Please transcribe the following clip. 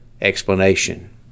explanation